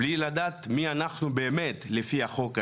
בלי לדעת מי אנחנו באמת לפי החוק הישראלי.